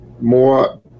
more